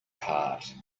heart